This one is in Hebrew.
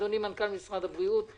אדוני מנכ"ל משרד הבריאות.